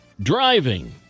Driving